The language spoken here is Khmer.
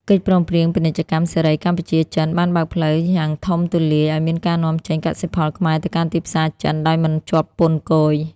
កិច្ចព្រមព្រៀងពាណិជ្ជកម្មសេរី កម្ពុជា-ចិន បានបើកផ្លូវយ៉ាងធំទូលាយឱ្យមានការនាំចេញកសិផលខ្មែរទៅកាន់ទីផ្សារចិនដោយមិនជាប់ពន្ធគយ។